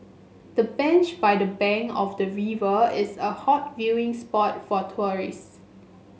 the bench by the bank of the river is a hot viewing spot for tourist